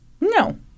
No